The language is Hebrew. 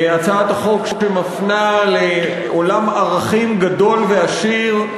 הצעת החוק שמפנה לעולם ערכים גדול ועשיר.